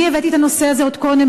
אני הבאתי את הנושא הזה עוד קודם,